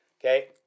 okay